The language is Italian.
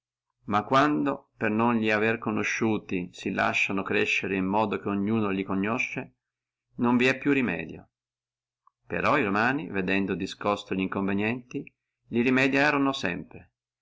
ma quando per non li avere conosciuti si lasciono crescere in modo che ognuno li conosce non vi è più remedio però e romani vedendo discosto linconvenienti vi rimediorono sempre